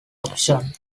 option